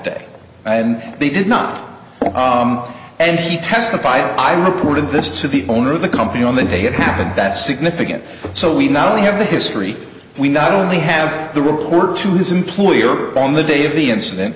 day and they did not and he testified i reported this to the owner of the company on the day it happened that's significant so we not only have a history we not only have the report to his employer on the day of the incident